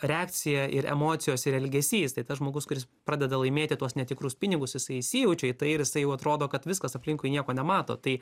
reakcija ir emocijos ir elgesys tai tas žmogus kuris pradeda laimėti tuos netikrus pinigus jisai įsijaučiau į tai ir jisai jau atrodo kad viskas aplinkui nieko nemato tai